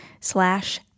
slash